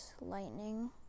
lightning